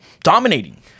dominating